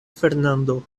fernando